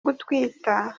gutwita